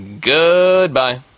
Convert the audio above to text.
Goodbye